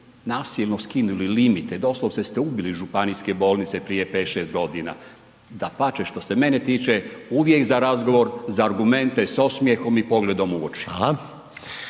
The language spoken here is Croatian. nasilno skinuli limite, doslovno ste ubili županijske bolnice prije pet, šest godina. Dapače, što se mene tiče uvijek za razgovor za argumente s osmijehom i pogledom u oči.